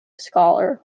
scholar